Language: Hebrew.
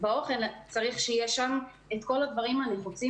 באוכל צריך שיהיה שם את כל הדברים הנחוצים